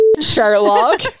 sherlock